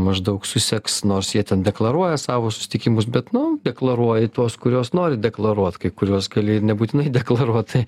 maždaug suseks nors jie ten deklaruoja savo susitikimus bet nu deklaruoji tuos kuriuos nori deklaruot kai kuriuos gali ir nebūtinai deklaruot tai